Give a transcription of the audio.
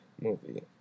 Movie